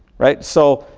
right. so,